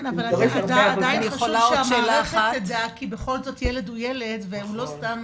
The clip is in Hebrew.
כן אבל עדיין חשוב שהמערכת תדע כי בכל זאת ילד הוא ילד ואנחנו לא סתם